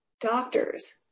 doctors